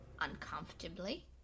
uncomfortably